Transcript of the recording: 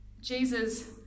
Jesus